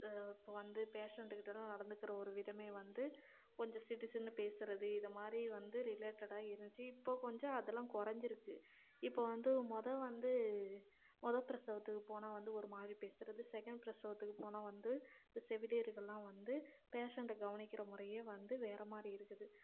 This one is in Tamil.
இப்போ வந்து பேஷண்ட்டு கிட்டேலாம் நடந்துக்கிற ஒரு விதமே வந்து கொஞ்சம் சிடுசிடுன்னு பேசுகிறது இதை மாதிரி வந்து ரிலேட்டடாக இருந்துச்சு இப்போது கொஞ்சம் அதெல்லாம் குறஞ்சிருக்கு இப்போது வந்து மொதல் வந்து மொதல் பிரசவத்துக்கு போனால் வந்து ஒரு மாதிரி பேசுகிறது செகண்ட் பிரசவத்துக்கு போனால் வந்து செவிலியர்கள்லாம் வந்து பேஷண்ட்டை கவனிக்கிற முறையே வந்து வேறே மாதிரி இருக்குது